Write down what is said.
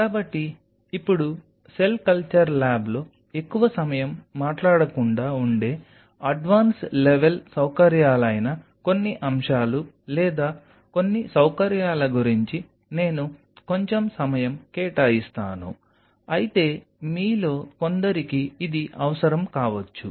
కాబట్టి ఇప్పుడు cell culture ల్యాబ్లో ఎక్కువ సమయం మాట్లాడకుండా ఉండే అడ్వాన్స్ లెవెల్ సౌకర్యాలైన కొన్ని అంశాలు లేదా కొన్ని సౌకర్యాల గురించి నేను కొంచెం సమయం కేటాయిస్తాను అయితే మీలో కొందరికి ఇది అవసరం కావచ్చు